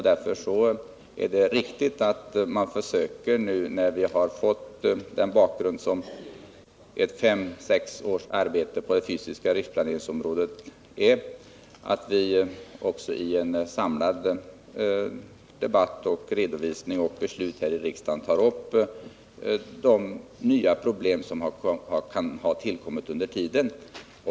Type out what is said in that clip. Därför är det riktigt att vi, när vi nu har fått den bakgrund som fem sex års arbete på den fysiska riksplaneringens område utgör, i en samlad debatt med redovisning av tidigare beslut här i riksdagen tar upp även de nya problem som kan ha tillkommit under tiden.